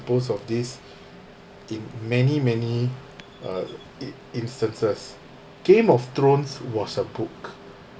of this in many many uh instances game of thrones was a book